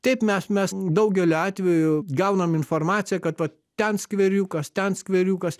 taip mes mes daugeliu atveju gaunam informaciją kad vat ten skveriukas ten skveriukas